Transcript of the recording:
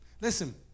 Listen